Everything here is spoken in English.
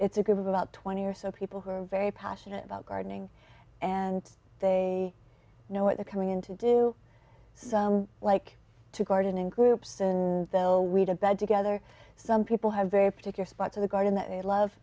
it's a group of about twenty or so people who are very passionate about gardening and they know what they're coming in to do like to garden in groups and though we to bed together some people have a particular spot to the garden that they love